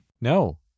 No